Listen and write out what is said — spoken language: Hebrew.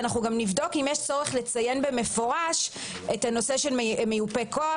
ואנחנו גם נבדוק אם יש צורך לציין במפורש את הנושא של מיופה כוח.